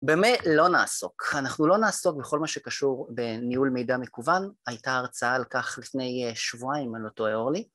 באמת לא נעסוק, אנחנו לא נעסוק בכל מה שקשור בניהול מידע מקוון, הייתה הרצאה על כך לפני שבועיים, אם אני לא טועה, אורלי?